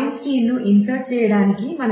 Einstein కలిగి